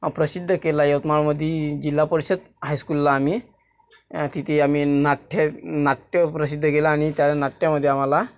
प्रसिद्ध केला यवतमाळमध्ये जिल्हा परिषद हायस्कूलला आम्ही तिथे आम्ही नाठ्य नाट्य प्रसिद्ध केलं आणि त्यावेळी नाट्यामध्ये आम्हाला